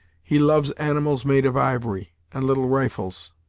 he loves animals made of ivory, and little rifles.